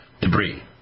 debris